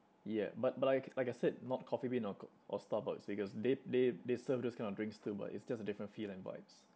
yeah but but I like I said not Coffee Bean or co~ or Starbucks because they they they serve those kind of drinks too but it's just a different feel and vibes